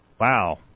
Wow